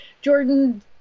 Jordan